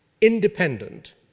independent